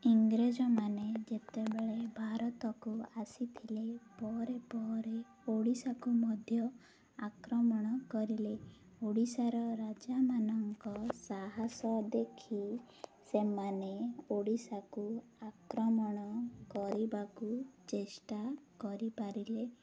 ଇଂରେଜମାନେ ଯେତେବେଳେ ଭାରତକୁ ଆସିଥିଲେ ପରେ ପରେ ଓଡ଼ିଶାକୁ ମଧ୍ୟ ଆକ୍ରମଣ କରିଲେ ଓଡ଼ିଶାର ରାଜାମାନଙ୍କ ସାହସ ଦେଖି ସେମାନେ ଓଡ଼ିଶାକୁ ଆକ୍ରମଣ କରିବାକୁ ଚେଷ୍ଟା କରିପାରିଲେ